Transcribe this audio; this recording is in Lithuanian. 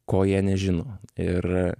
ko jie nežino ir